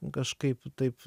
kažkaip taip